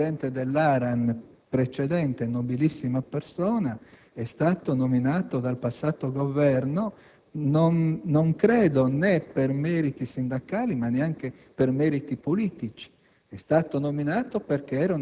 forse dimentica che il precedente Presidente dell'ARAN, nobilissima persona, è stato nominato dal passato Governo, non credo né per meriti sindacali, ma neanche per meriti politici;